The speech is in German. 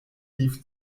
lief